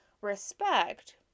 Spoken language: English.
respect